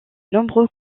nombreux